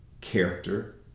character